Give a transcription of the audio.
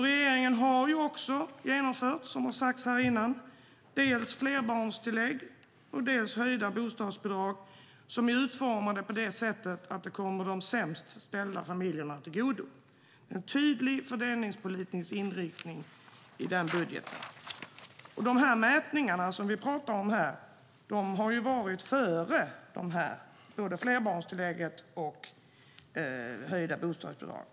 Regeringen har också genomfört, som har sagts här, dels flerbarnstillägg, dels höjda bostadsbidrag som är utformade på det sättet att det kommer de sämst ställda familjerna till godo. Det är en tydlig fördelningspolitisk inriktning i denna budget. De mätningar som vi pratar om här gjordes före både flerbarnstillägget och de höjda bostadsbidragen.